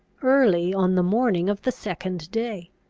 early on the morning of the second day.